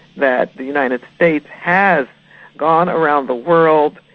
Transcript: that the united states has gone around the world,